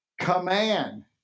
command